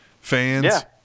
fans